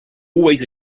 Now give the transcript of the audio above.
always